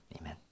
Amen